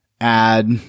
add